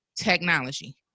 technology